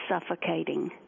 suffocating